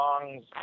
songs